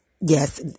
yes